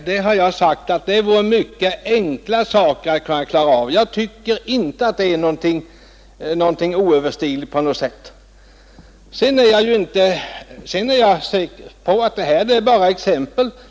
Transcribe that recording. Jag har framhållit att det vore mycket enkelt att klara de saker som jag pekat på. Jag tycker att det inte är på något sätt oöverstigligt. Vad jag tagit upp är självfallet bara exempel.